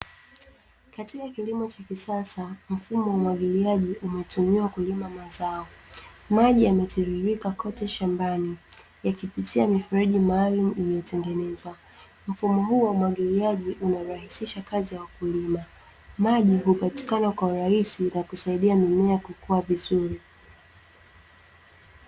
Katika kilimo cha kisasa, mfumo wa umwagiliaji umetumiwa kulima mazao. Maji yametiririka kote shambani, yakipitia mifereji maalumu iliyotengenezwa. Mfumo huu wa umwagiliaji unarahisisha kazi ya wakulima. Maji hupatikana kwa urahisi na kusaidia mimea kukua vizuri.